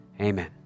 Amen